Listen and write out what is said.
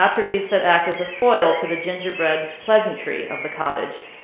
attributes that act as a foil to the gingerbread pleasantry of the cottage.